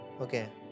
okay